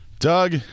Doug